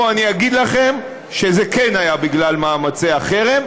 פה אני אגיד לכם שזה כן היה בגלל מאמצי החרם,